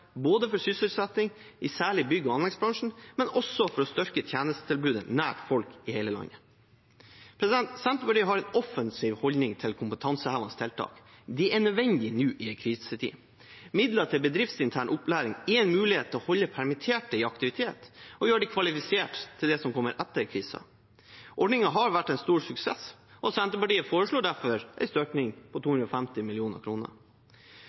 for sysselsetting i særlig bygg- og anleggsbransjen, men også for å styrke tjenestetilbudet nær folk i hele landet. Senterpartiet har en offensiv holdning til kompetansehevende tiltak. Det er nødvendig nå i en krisetid. Midler til bedriftsintern opplæring er en mulighet til å holde permitterte i aktivitet og gjøre dem kvalifisert til det som kommer etter krisen. Ordningen har vært en stor suksess. Senterpartiet foreslår derfor en styrking på